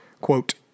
Quote